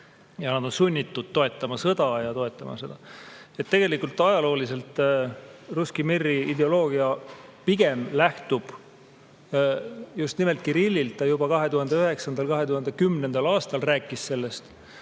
ja nad on sunnitud sõda toetama. Tegelikult ajalooliseltrusski mir'i ideoloogia pigem lähtub just nimelt Kirillilt, ta juba 2009. ja 2010. aastal rääkis sellest.